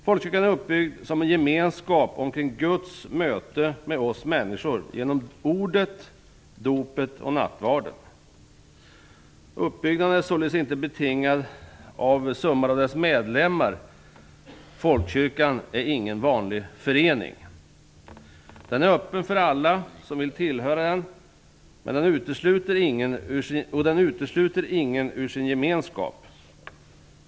Folkkyrkan är uppbyggd som en gemenskap omkring Guds möte med oss människor genom ordet, dopet och nattvarden. Uppbyggnaden är således inte betingad av summan av dess medlemmar. Folkkyrkan är ingen vanlig förening. Den är öppen för alla som vill tillhöra den, och den utesluter ingen ur sin gemenskap.